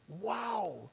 wow